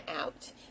out